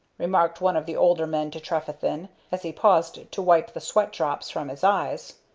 remarked one of the older men to trefethen, as he paused to wipe the sweat-drops from his eyes,